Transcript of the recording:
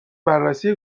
بررسی